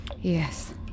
Yes